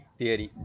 theory